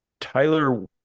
tyler